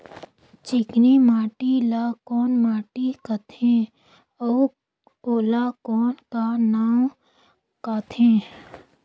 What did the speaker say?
चिकनी माटी ला कौन माटी सकथे अउ ओला कौन का नाव काथे?